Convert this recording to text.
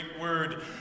word